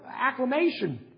acclamation